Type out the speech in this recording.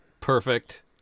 perfect